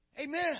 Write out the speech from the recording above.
Amen